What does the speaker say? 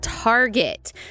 Target